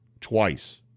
twice